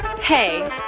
Hey